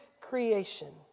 creation